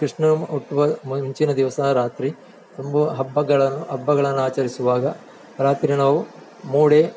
ಕೃಷ್ಣನು ಹುಟ್ಟುವ ಮುಂಚಿನ ದಿವಸ ರಾತ್ರಿ ತುಂಬ ಹಬ್ಬಗಳನ್ನು ಹಬ್ಬಗಳನ್ನು ಆಚರಿಸುವಾಗ ರಾತ್ರಿ ನಾವು ಮೂಡೆ